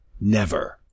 Never